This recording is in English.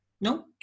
no